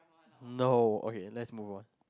no okay let's move on